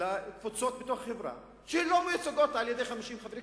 לקבוצות בחברה שלא מיוצגות על-ידי 50 חברי